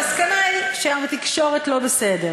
היחידי ששלח צוות לסקר את הנסיעה הזאת.